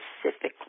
specifically